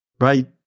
right